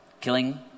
killing